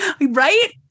Right